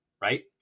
right